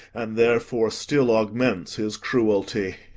and therefore still augments his cruelty.